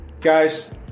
Guys